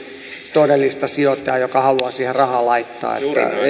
todellista sijoittajaa joka haluaa siihen rahaa laittaa